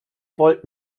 wollt